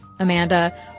Amanda